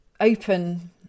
open